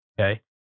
Okay